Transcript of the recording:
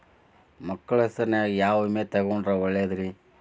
ಮಕ್ಕಳ ಹೆಸರಿನ್ಯಾಗ ಯಾವ ವಿಮೆ ತೊಗೊಂಡ್ರ ಒಳ್ಳೆದ್ರಿ?